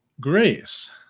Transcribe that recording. grace